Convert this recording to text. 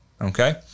okay